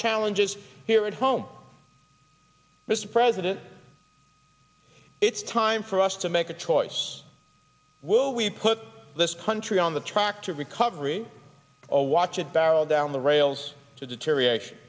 challenges here at home mr president it's time for us to make a choice will we put this country on the track to recovery or watch it barrel down the rails to deteriorat